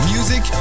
Music